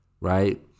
right